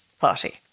party